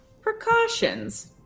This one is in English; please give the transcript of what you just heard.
Precautions